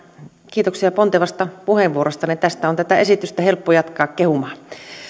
kiitoksia pontevasta puheenvuorostanne tästä on tätä esitystä helppo jatkaa kehumaan